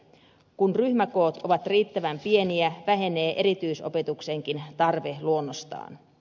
kun ryhmäkoot ovat riittävän pieniä vähenee erityisopetuksenkin tarve luonnostaan